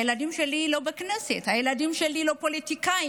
הילדים שלי לא בכנסת, הילדים שלי לא פוליטיקאים.